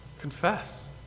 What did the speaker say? Confess